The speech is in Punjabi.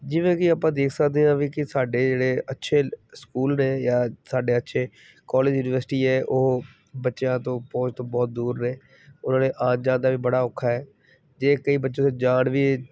ਜਿਵੇਂ ਕਿ ਆਪਾਂ ਦੇਖ ਸਕਦੇ ਹਾਂ ਵੀ ਕਿ ਸਾਡੇ ਜਿਹੜੇ ਅੱਛੇ ਲ ਸਕੂਲ ਨੇ ਜਾਂ ਸਾਡੇ ਅੱਛੇ ਕੋਲਜ ਯੂਨੀਵਰਸਿਟੀ ਹੈ ਉਹ ਬੱਚਿਆਂ ਤੋਂ ਪਹੁੰਚ ਤੋਂ ਬਹੁਤ ਦੂਰ ਨੇ ਉਹਨਾਂ ਨੇ ਆਉਣ ਜਾਣ ਦਾ ਵੀ ਬੜਾ ਔਖਾ ਹੈ ਜੇ ਕਈ ਬੱਚਿਆਂ ਦੇ ਜਾਣ ਵੀ